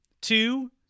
two